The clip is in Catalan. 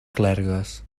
clergues